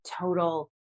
total